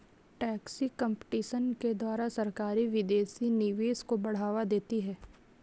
tax competition के द्वारा सरकारी विदेशी निवेश को बढ़ावा देती है